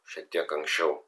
šiek tiek anksčiau